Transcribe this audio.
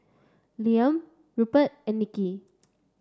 Liam Rupert and Nicki